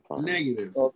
Negative